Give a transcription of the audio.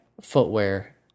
footwear